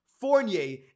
Fournier